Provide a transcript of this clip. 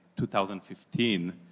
2015